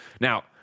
now